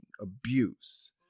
abuse